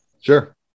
Sure